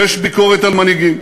יש ביקורת על מנהיגים.